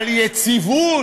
על יציבות.